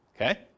Okay